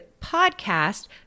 podcast